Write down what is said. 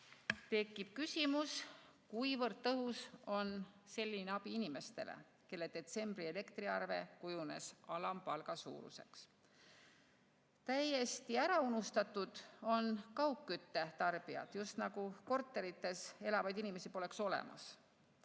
Tekib küsimus, kuivõrd tõhus on selline abi inimestele, kelle detsembri elektriarve kujunes alampalgasuuruseks. Täiesti ära unustatud on kaugkütte tarbijad, just nagu korterites elavaid inimesi poleks olemas.